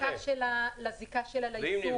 לזיקה שלה לעיסוק